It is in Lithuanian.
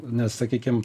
nes sakykim